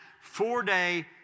four-day